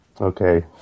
Okay